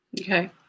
Okay